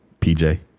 PJ